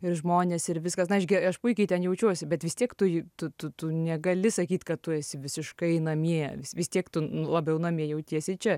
ir žmonės ir viskas na aš gi aš puikiai ten jaučiuosi bet vis tiek tu ju tu tu negali sakyt kad tu esi visiškai namie vis tiek tu labiau namie jautiesi čia